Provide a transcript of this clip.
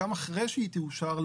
גם אחרי שהיא תאושר,